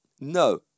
no